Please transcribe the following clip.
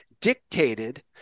dictated